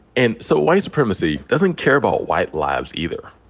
and so white supremacy doesn't care about white lives either.